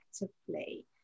effectively